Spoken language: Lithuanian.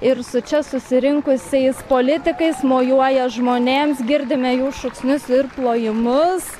ir su čia susirinkusiais politikais mojuoja žmonėms girdime jų šūksnius ir plojimus